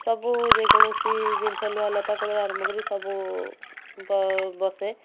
ସବୁ ଯେକୌଣସି ଜିନଷ ଲୁହା ଲତା କତିରୁ ଆରମ୍ଭ କରିକି ସବୁ ବସେ